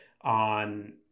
on